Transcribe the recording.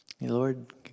Lord